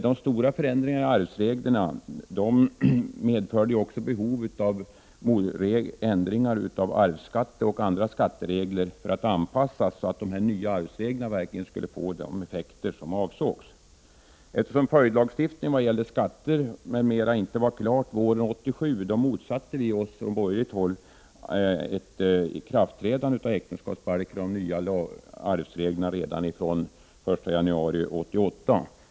De stora förändringarna i arvsreglerna medförde också behov av ändringar av arvsskattereglerna och andra skatteregler. De skulle anpassas till de nya arvsreglerna så att dessa verkligen skulle få de effekter som avsågs. Eftersom följdlagstiftningen beträffande skatter m.m. inte var klar våren 1987 motsatte vi oss från borgerligt håll ett ikraftträdande av äktenskapsbalken och de nya arvsreglerna fr.o.m. den 1 januari 1988.